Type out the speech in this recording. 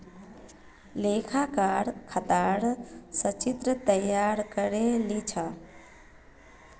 लेखाकार खातर संचित्र तैयार करे लील छ